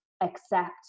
accept